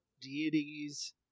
deities